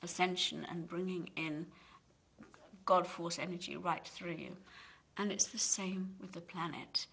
ascension and bringing in god force energy right through you and it's the same with the planet